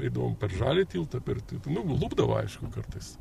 eidavom per žaliąjį tiltą per nu lupdavo aišku kartais